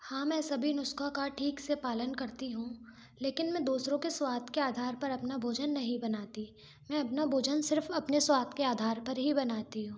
हाँ मैं सभी नुस्खा का ठीक से पालन करती हूँ लेकिन मैं दूसरों के स्वाद के आधार पर अपना भोजन नहीं बनाती मैं अपना भोजन सिर्फ अपने स्वाद के आधार पर ही बनाती हूँ